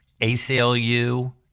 ACLU